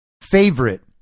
favorite